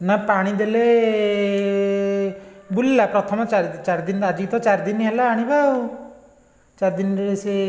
ନା ପାଣି ଦେଲେ ବୁଲିଲା ପ୍ରଥମ ଚାର ଚାରିଦିନ ଆଜିକି ତ ଚାରିଦିନ ହେଲା ଆଣିବା ଆଉ ଚାରିଦିନରେ ସିଏ